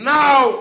now